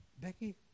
Becky